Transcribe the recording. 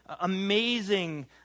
amazing